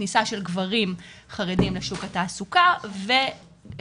כניסה של גברים חרדים לשוק התעסוקה ובהמשך